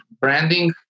branding